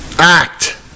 act